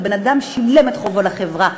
הבן-אדם שילם את חובו לחברה,